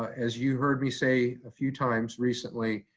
as you heard me say a few times recently,